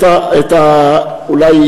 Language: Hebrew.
אולי,